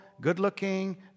good-looking